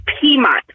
Piedmont